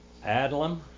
Adlam